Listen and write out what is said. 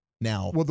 now